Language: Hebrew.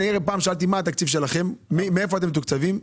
אני פעם שאלתי מה התקציב שלכם ומהיכן אתם מתוקצבים.